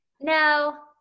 No